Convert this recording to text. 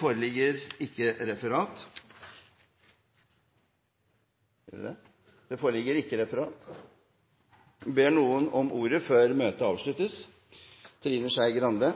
foreligger ikke noe referat. Dermed er dagens kart ferdigbehandlet. Forlanger noen ordet før møtet heves? – Trine Skei Grande